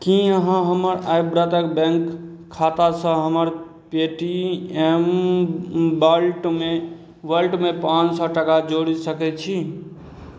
की अहाँ हमर आर्यव्रतक बैंक खातासँ हमर पे टीएम वॉलेटमे वॉलेटमे पाँच सओ टाका जोड़ि सकय छी